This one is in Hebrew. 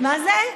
מה זה?